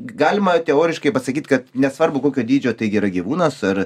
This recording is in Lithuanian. galima teoriškai pasakyt kad nesvarbu kokio dydžio tai yra gyvūnas ar